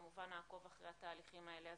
כמובן נעקוב אחרי התהליכים האלה.